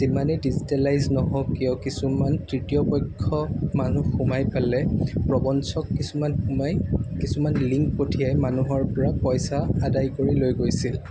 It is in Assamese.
যিমানেই ডিজিটেলাইজ নহওঁক কিয় কিছুমান তৃতীয় পক্ষ মানুহ সোমাই পেলাই প্ৰবঞ্চক কিছুমান সোমাই কিছুমান লিংক পঠিয়াই মানুহৰপৰা পইছা আদায় কৰি লৈ গৈছিল